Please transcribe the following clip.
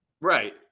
right